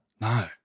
No